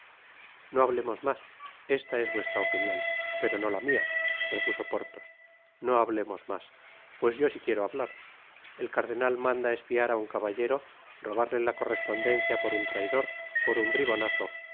no hablemos más esta es vuestra opinion pero nó la mia repuso por thosi no hablemos mas pues yo sí quiero hablar el cardenal manda espiar á un caballero robarle la correspondencia por un traidor por un bribonazo con